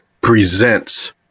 presents